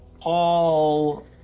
Paul